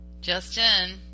Justin